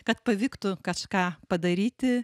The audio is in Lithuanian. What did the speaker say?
kad pavyktų kažką padaryti